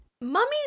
mummies